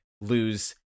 lose